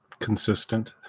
consistent